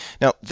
Now